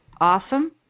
awesome